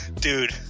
dude